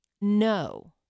No